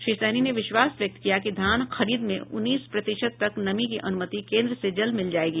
श्री सहनी ने विश्वास व्यक्त किया कि धान खरीद में उन्नीस प्रतिशत तक नमी की अनुमति केंद्र से जल्द मिल जाएगी